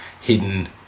hidden